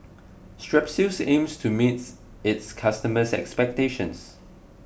Strepsils aims to meets its customers' expectations